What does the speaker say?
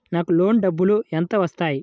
నాకు లోన్ డబ్బులు ఎంత వస్తాయి?